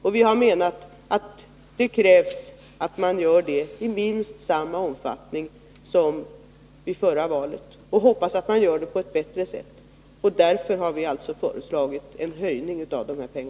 Det krävs enligt vår mening en satsning av minst samma omfattning som vid förra valet. Jag hoppas också att man lämnar information på ett bättre sätt än då. Därför har vi socialdemokrater föreslagit en höjning av beloppet.